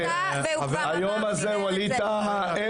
ווליד טאהא,